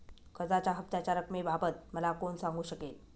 कर्जाच्या हफ्त्याच्या रक्कमेबाबत मला कोण सांगू शकेल?